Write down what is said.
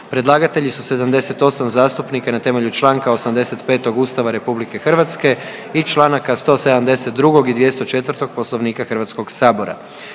Predlagatelji su 78 zastupnika i na temelju članka 85. Ustava Republike Hrvatske i članaka 172. i 204. Poslovnika Hrvatskog sabora.